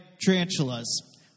tarantulas